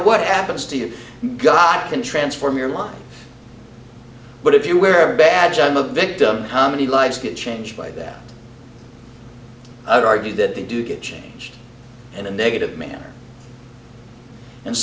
what happens to you god can transform your mind but if you wear a badge i'm a victim how many lives could change by that i would argue that they do get changed in a negative manner and